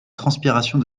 transpiration